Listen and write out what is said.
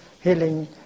healing